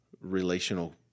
relational